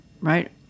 right